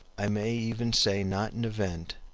i may even say not an event,